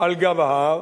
על גב ההר,